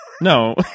no